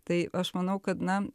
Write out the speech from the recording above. tai aš manau kad na